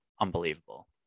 unbelievable